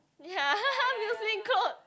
ya muslim clothes